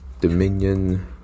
Dominion